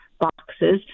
boxes